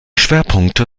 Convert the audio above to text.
schwerpunkte